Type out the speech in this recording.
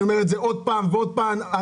אני אומר את זה עוד פעם ועוד פעם.